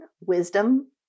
wisdom